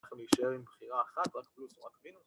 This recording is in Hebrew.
‫אנחנו נשאר עם בחירה אחת, ‫רק פלוס וואן מינוס.